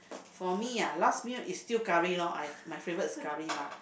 for me ah last meal is still curry lor I my favourite is curry mah